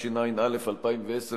התשע"א 2010,